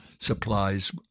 supplies